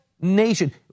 nation